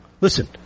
Listen